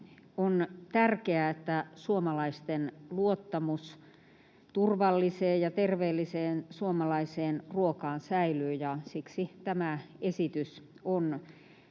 On tärkeää, että suomalaisten luottamus turvalliseen ja terveelliseen suomalaiseen ruokaan säilyy, ja siksi tämä esitys on